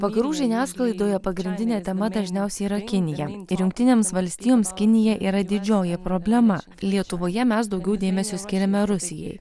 vakarų žiniasklaidoje pagrindinė tema dažniausiai yra kinija ir jungtinėms valstijoms kinija yra didžioji problema lietuvoje mes daugiau dėmesio skiriame rusijai